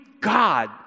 God